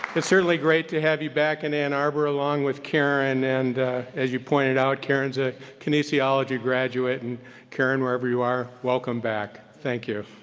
it's certainly great to have you back in ann arbor along with karen and as you pointed out, karen's a kinesiology graduate and karen, wherever you are, welcome back, thank you.